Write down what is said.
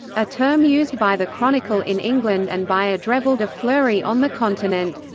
a term used by the chronicle in england and by adrevald of fleury on the continent.